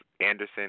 Anderson